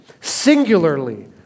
singularly